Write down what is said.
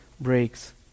breaks